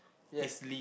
yes